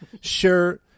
Sure